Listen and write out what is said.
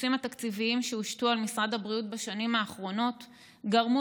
הקיצוצים התקציביים שהושתו על משרד הבריאות בשנים האחרונות גרמו